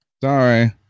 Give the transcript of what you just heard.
Sorry